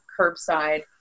curbside